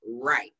Right